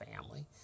family